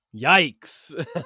Yikes